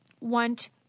want